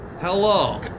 Hello